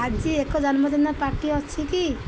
ଆଜି ଏକ ଜନ୍ମଦିନ ପାର୍ଟି ଅଛି କି